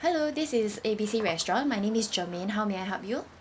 hello this is A B C restaurants my name is germaine how may I help you